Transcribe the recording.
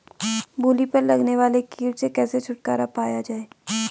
मूली पर लगने वाले कीट से कैसे छुटकारा पाया जाये?